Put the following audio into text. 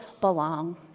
belong